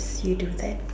if you do that